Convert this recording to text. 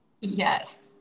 yes